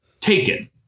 Taken